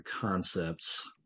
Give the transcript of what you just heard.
concepts